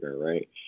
right